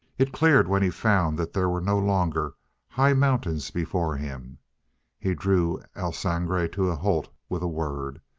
it cleared when he found that there were no longer high mountains before him he drew el sangre to a halt with a word.